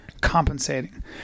compensating